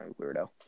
weirdo